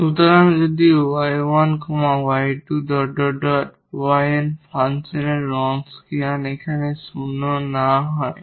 সুতরাং যদি এই 𝑦1 𝑦2 𝑦𝑛 ফাংশনের রনস্কিয়ান এখানে শূন্য হয় না